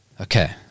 Okay